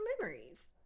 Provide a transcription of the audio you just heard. memories